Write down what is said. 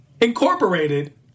Incorporated